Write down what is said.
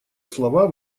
слова